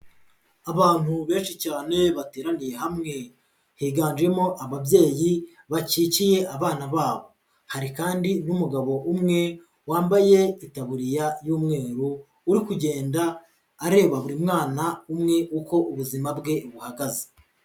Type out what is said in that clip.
Abantu benshi cyane bateraniye hamwe, higanjemo ababyeyi bakikiye abana babo, hari kandi n'umugabo umwe wambaye itaburiya y'umweru, uri kugenda areba buri mwana umwe uko ubuzima bwe buhagaze.